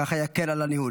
כך זה יקל על הניהול.